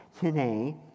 today